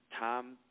Tom